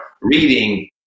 reading